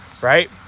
right